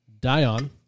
Dion